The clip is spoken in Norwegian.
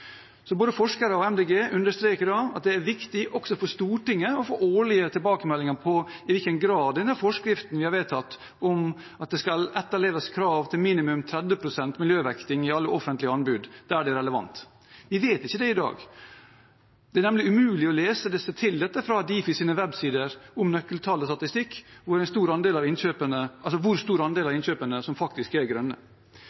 Så både forskere og Miljøpartiet De Grønne understreker at det er viktig også for Stortinget å få årlige tilbakemeldinger på i hvilken grad den forskriften vi har vedtatt om krav til minimum 30 pst. miljøvekting i alle offentlige anbud der det er relevant, etterleves. Vi vet ikke det i dag. Det er nemlig umulig å lese seg til dette på Difis websider om nøkkeltall og statistikk, hvor stor andel av innkjøpene